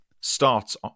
starts